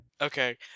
Okay